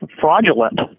Fraudulent